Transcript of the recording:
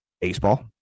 baseball